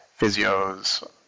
Physios